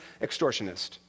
extortionist